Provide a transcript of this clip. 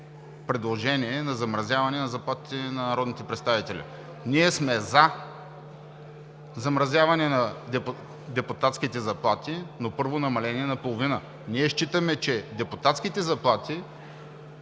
предложение за замразяване на заплатите на народните представители. Ние сме за замразяване на депутатските заплати, но, първо, намалени наполовина. Ние считаме, че депутатските заплати